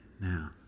now